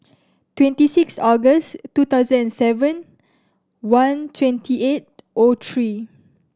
twenty six August two thousand and seven one twenty eight O three